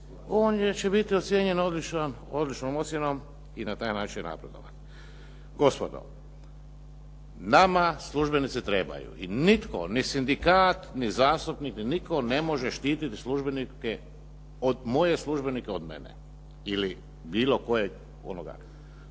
on će biti ocijenjen odličnom ocjenom i na taj način napredovan. Gospodo, nama službenici trebaju i nitko, ni sindikat ni zastupnik ni nitko ne može štititi moje službenike od mene ili bilo kojeg onoga